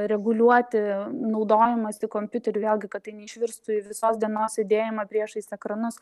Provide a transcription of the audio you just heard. reguliuoti naudojimąsi kompiuteriu vėlgi kad tai neišvirstų į visos dienos sėdėjimą priešais ekranus